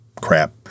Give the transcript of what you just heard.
crap